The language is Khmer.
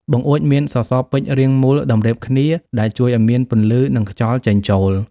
បង្អួចមានសសរពេជ្ររាងមូលតម្រៀបគ្នា ដែលជួយឱ្យមានពន្លឺ និងខ្យល់ចេញចូល។